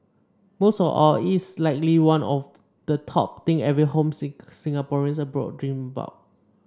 most of all it's likely one of the top thing every homesick Singaporean abroad dreams about